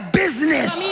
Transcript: business